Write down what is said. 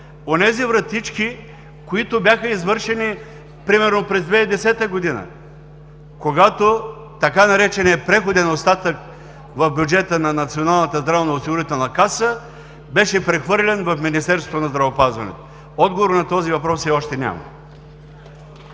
онези вратички, които бяха извършени примерно през 2010 г., когато така нареченият „преходен остатък“ в бюджета на Националната здравноосигурителна каса беше прехвърлен в Министерството на здравеопазването. Отговор на този въпрос все още няма.